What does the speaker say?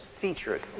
featured